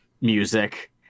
music